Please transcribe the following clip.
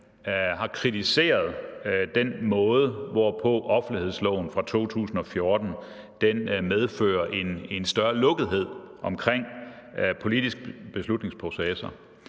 har kritiseret den måde, hvorpå offentlighedsloven fra 2014 medfører en større lukkethed omkring politiske beslutningsprocesser.